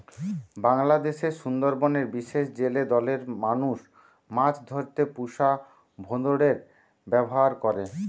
বাংলাদেশের সুন্দরবনের বিশেষ জেলে দলের মানুষ মাছ ধরতে পুষা ভোঁদড়ের ব্যাভার করে